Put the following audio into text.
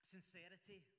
sincerity